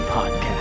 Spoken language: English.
Podcast